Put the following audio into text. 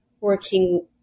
working